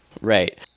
Right